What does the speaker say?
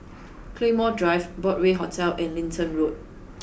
Claymore Drive Broadway Hotel and Lentor Road